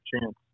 chance